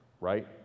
right